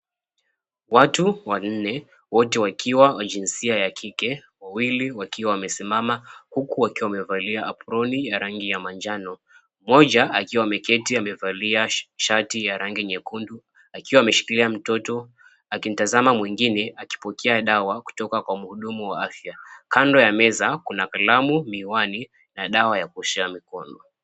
Watu wanne wote wakiwa wa jinsia ya kike; wawili wakiwa wamesimama huku wakiwa wamevalia aproni ya rangi ya manjano. Mmoja akiwa ameketi amevalia shati ya rangi nyekundu akiwa ameshikilia mtoto akimtazama mwingine akipokea dawa kutoka kwa mhudumu wa afya. Kando ya meza kuna kalamu, miwani, na dawa ya kuoshea mikono.